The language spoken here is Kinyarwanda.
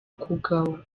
kugawa